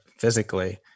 physically